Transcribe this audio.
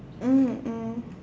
mm mm